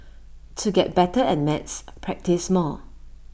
to get better at maths practise more